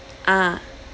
ah